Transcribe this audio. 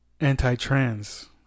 anti-trans